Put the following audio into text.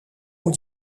aux